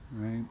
right